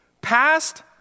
past